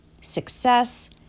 success